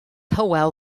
hywel